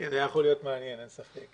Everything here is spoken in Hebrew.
זה היה יכול להיות מעניין, אין ספק.